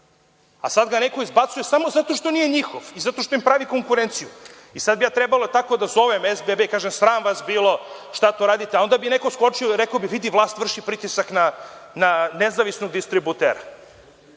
a sada ga neko izbacuje samo zato što nije njihov i zato što im pravi konkurenciju. Sada bi ja trebalo da zovem SBB i kažem – sram vas bilo, šta to radite? Onda bi neko skočio i rekao bi – vidi, vlast vrši pritisak na nezavisnog distributera.